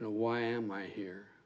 know why am i here